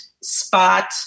spot